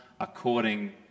according